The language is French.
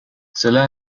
cela